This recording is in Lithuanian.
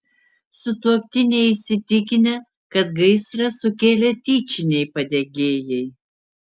sutuoktiniai įsitikinę kad gaisrą sukėlė tyčiniai padegėjai